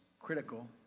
critical